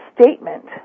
statement